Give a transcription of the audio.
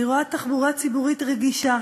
אני רואה תחבורה ציבורית רגישה,